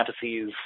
Fantasies